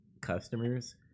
customers